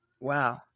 Wow